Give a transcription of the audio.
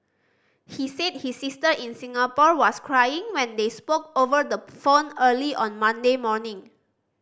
he said his sister in Singapore was crying when they spoke over the phone early on Monday morning